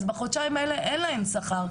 אז בחודשיים האלה אין להם שכר,